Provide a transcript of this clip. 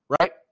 right